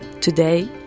Today